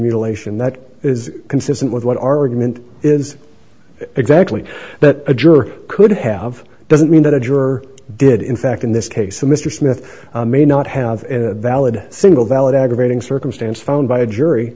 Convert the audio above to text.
mutilation that is consistent with what argument is exactly that a jury could have doesn't mean that a juror did in fact in this case mr smith may not have valid single valid aggravating circumstance found by a jury